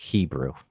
Hebrew